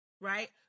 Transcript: Right